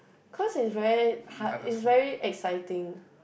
cause is very hard is very exciting